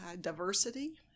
diversity